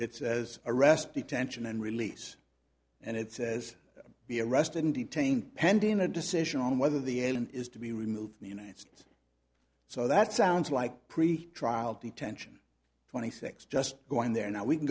it says arrest detention and release and it says the arrest and detain pending a decision on whether the end is to be removed the united states so that sounds like pretrial detention twenty six just going there now we can